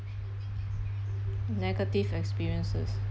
negative experiences